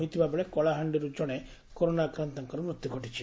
ହୋଇଥିବାବେଳେ କଳାହାଣ୍ଡିରୁ କଶେ କରୋନା ଆକ୍ରାନ୍ଡଙ୍କ ମୃତ୍ଧ୍ୟ ଘଟିଛି